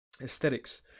aesthetics